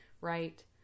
right